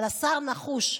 אבל השר נחוש.